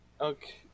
Okay